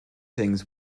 things